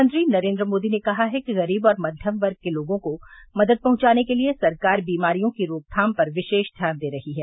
प्रधानमंत्री नरेन्द्र मोदी ने कहा है कि गरीब और मक्यम वर्ग के लोगों को मदद पहुंचाने के लिए सरकार बीमारियों की रोकथाम पर विशेष ध्यान दे रही है